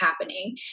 happening